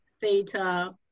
theta